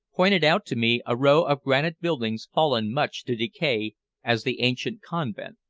pointed out to me a row of granite buildings fallen much to decay as the ancient convent.